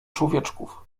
człowieczków